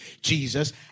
Jesus